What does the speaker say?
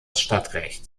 stadtrecht